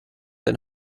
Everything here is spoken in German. ein